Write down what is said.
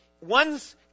One's